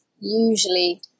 usually